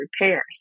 repairs